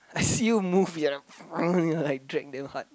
I see you move you you're like drag damn hard